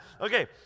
Okay